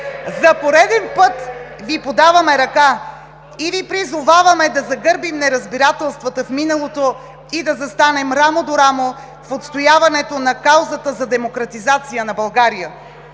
за пореден път Ви подаваме ръка и Ви призоваваме да загърбим неразбирателствата в миналото и да застанем рамо до рамо в отстояването на каузата за демократизация на България,